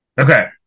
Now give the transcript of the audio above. Okay